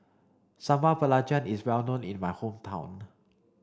Sambal Belacan is well known in my hometown